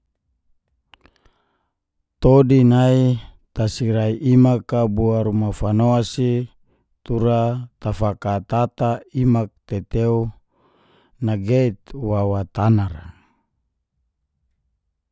Todi nai tasirai imak a bo ruma fano si tura tafakatata imak tetew nageit wawa tanara